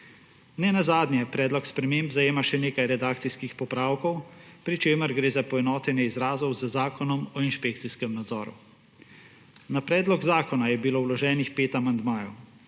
Ne nazadnje predlog sprememb zajema še nekaj redakcijskih popravkov, pri čemer gre za poenotenje izrazov z Zakonom o inšpekcijskem nadzoru. Na predlog zakona je bilo vloženih pet amandmajev.